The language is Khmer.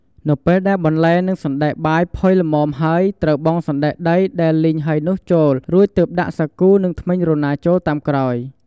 នៅពេលដែលបន្លែ និងសណ្ដែកបាយផុយល្មមហើយ ត្រូវបង់សណ្ដែកដីដែលលីងហើយនោះចូល រួចទើបដាក់សាគូ និងធ្មេញរណាចូលតាមក្រោយ។